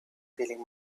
feeling